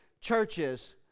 Churches